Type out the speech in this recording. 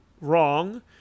wrong